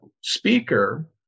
speaker